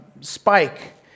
spike